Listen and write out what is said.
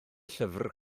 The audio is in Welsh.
llyfr